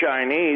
Chinese